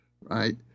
right